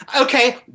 okay